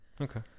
Okay